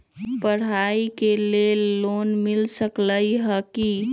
पढाई के लेल लोन मिल सकलई ह की?